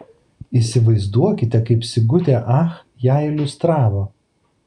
įsivaizduokite kaip sigutė ach ją iliustravo